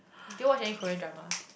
do you watch any Korean dramas